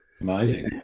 amazing